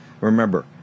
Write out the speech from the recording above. Remember